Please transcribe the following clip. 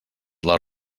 les